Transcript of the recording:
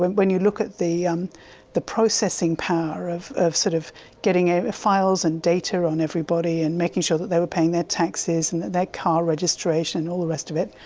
when when you look at the um the processing power of of sort of getting ah files and data on everybody and making sure that they were paying their taxes and that their car registration. and all the rest of it.